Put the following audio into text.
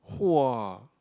[wah]